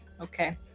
okay